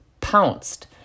pounced